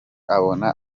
abona